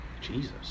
Jesus